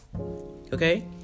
Okay